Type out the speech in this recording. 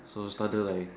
so started like